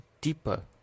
deeper